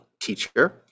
teacher